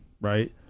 Right